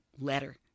letter